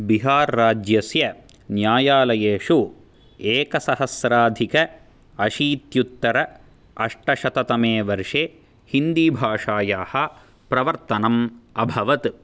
बिहार् राज्यस्य न्यायालयेषु एकसहस्राधिक आशित्युत्तर अष्टशततमे वर्षे हिन्दीभाषायाः प्रवर्तनम् अभवत्